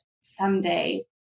someday